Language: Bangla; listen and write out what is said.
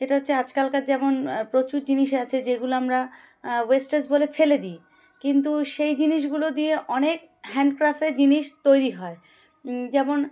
এটা হচ্ছে আজকালকার যেমন প্রচুর জিনিস আছে যেগুলো আমরা ওয়েস্টেজ বলে ফেলে দিই কিন্তু সেই জিনিসগুলো দিয়ে অনেক হ্যান্ডক্রাফ্টের জিনিস তৈরি হয় যেমন